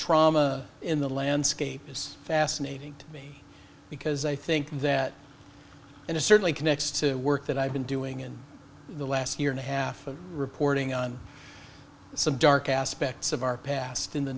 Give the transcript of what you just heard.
trauma in the landscape is fascinating to me because i think that in a certainly connects to work that i've been doing in the last year and a half of reporting on some dark aspects of our past in the